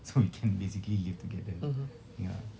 so you can basically live together you know